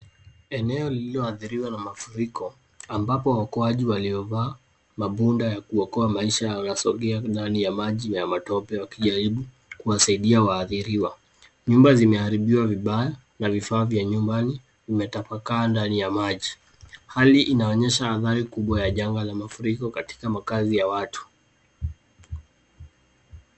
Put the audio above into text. Eneo lilioadhiriwa na mafuriko ambapo waokoaji waliovaa mabunda ya kuokoa maisha wanasongea ndani ya maji ya matope wakijaribu kuwasaidia waadhiriwa. Nyumba zimeharibiwa vibaya na vifaa vya yumbani vimetapakaa ndani ya maji. Hali inaonyesha hadhari kubwa ya janga ya mafuriko katika makazi ya watu.